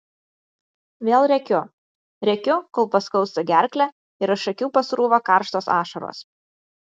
vėl rėkiu rėkiu kol paskausta gerklę ir iš akių pasrūva karštos ašaros